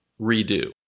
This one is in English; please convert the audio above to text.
redo